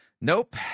Nope